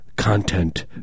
Content